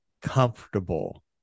comfortable